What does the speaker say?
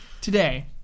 Today